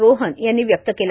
रोहन यांनी व्यक्त केला